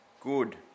good